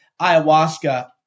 ayahuasca